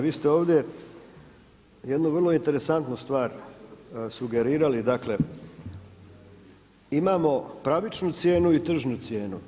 Vi ste ovdje jednu vrlo interesantnu stvar sugerirali, dakle imamo pravičnu cijenu i tržnu cijenu.